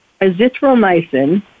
azithromycin